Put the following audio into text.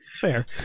Fair